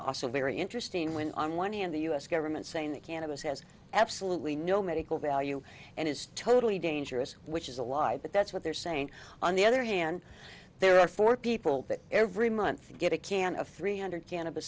also very interesting when on one hand the u s government saying that cannabis has absolutely no medical value and is totally dangerous which is a lie but that's what they're saying on the other hand there are four people that every month get a can of three hundred can